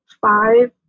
five